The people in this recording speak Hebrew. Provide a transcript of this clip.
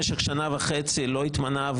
והנה העובדה שבמשך שנה וחצי לא התמנה אף